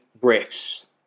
breaths